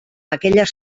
aquelles